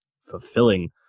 fulfilling